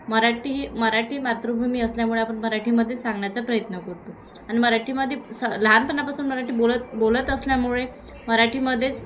मराठी ही मराठी मातृभूमी असल्यामुळे आपण मराठीमध्येच सांगण्याचा प्रयत्न करतो आणि मराठीमध्ये स लहानपणापासून मराठी बोलत बोलत असल्यामुळे मराठीमध्येच